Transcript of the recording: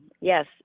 Yes